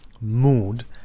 mood